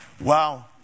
Wow